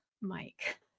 Mike